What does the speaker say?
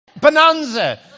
Bonanza